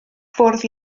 fwrdd